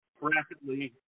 rapidly